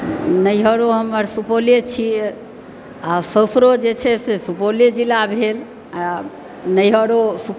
नैहरो हमर सुपौले छियै आ ससुरो जे छै सुपौले जिला भेल आ नैहरो